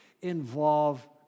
involve